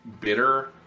bitter